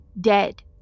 dead